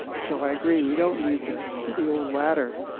so i agree we don't need the the old ladder.